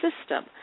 system